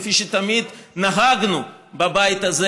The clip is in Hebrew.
כפי שתמיד נהגנו בבית הזה,